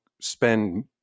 spend